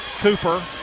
Cooper